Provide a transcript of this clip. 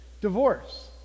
divorce